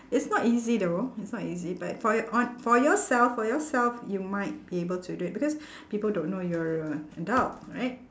it's not easy though it's not easy but for your on for yourself for yourself you might be able to do it because people don't know you're a adult right